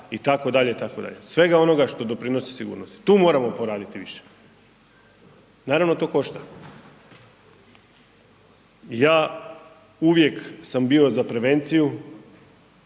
itd., itd., svega onoga što doprinosi sigurnosti. Tu moramo poraditi više. Naravno to košta. I ja uvijek sam bio za prevenciju,